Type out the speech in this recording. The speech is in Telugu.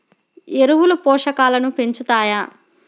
ఎరువులు పోషకాలను పెంచుతాయా?